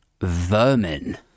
vermin